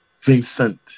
Vincent